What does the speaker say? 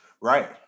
Right